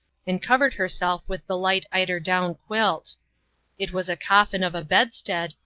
and covered herself with the light eider-down quilt it was a coffin of a bedstead,